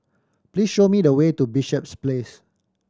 please show me the way to Bishops Place